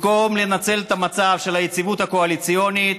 במקום לנצל את המצב של היציבות הקואליציונית,